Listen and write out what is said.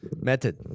method